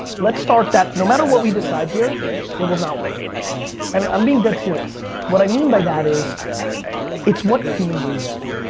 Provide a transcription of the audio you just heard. let's start that no matter what we decide here it will not work and i'm being dead serious. what i mean by that is it's what human beings do.